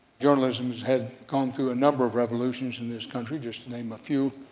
journalism has gone through a number of revolutions in this country just to name a few,